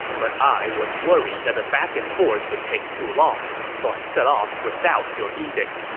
but i was worried that the back-and-forth would take too long, so i set off without your edict.